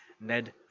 Ned